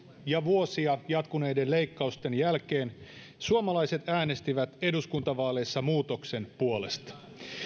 ja vuosia jatkuneiden leikkausten jälkeen suomalaiset äänestivät eduskuntavaaleissa muutoksen puolesta